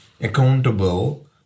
accountable